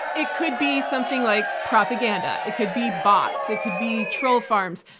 it could be something like propaganda, it could be bots, it could be troll farms,